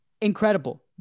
incredible